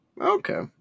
Okay